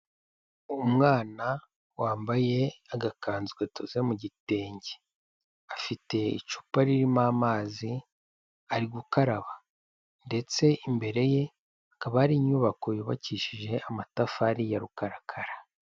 Umwana wambaye agakanzu kadoze mu gitenge, afite icupa ririmo amazi ari gukaraba ndetse imbere ye hakaba hari inyubako yubakishije amatafari ya rukarakara.